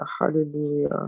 Hallelujah